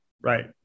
Right